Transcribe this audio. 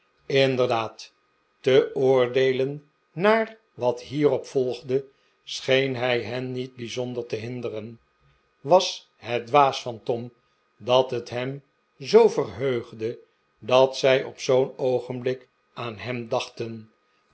inderdaad te oordeelen naar wat hierop volgde scheen hij hen niet bijzonder te hinderen was het dwaas van tom dat het hem zoo verheugde dat zij op zoo'n oogenblik aan hem dachten